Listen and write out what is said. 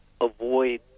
avoid